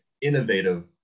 innovative